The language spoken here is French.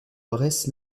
bresse